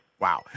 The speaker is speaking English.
Wow